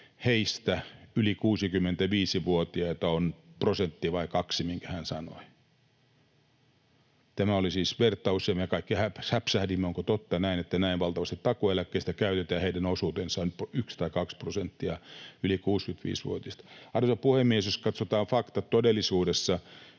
heitä yli 65-vuotiaista on prosentti vai kaksi, minkä hän sanoi. Tämä oli siis vertaus, ja me kaikki säpsähdimme: onko totta, että näin valtavasti takuueläkkeistä käytetään heidän osuuteensa, 1 tai 2 prosenttiin yli 65-vuotiaista? Arvoisa puhemies! Jos katsotaan faktat, niin todellisuudessa